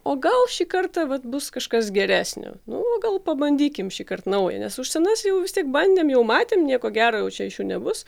o gal šį kartą vat bus kažkas geresnio nu va gal pabandykim šįkart naują nes už senas jau vis tiek bandėm jau matėm nieko gero jau čia iš jų nebus